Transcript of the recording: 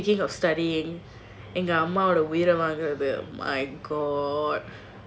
speaking of study எங்க அம்மாவோட வீடு:enga ammavoda veedu my god